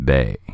Bay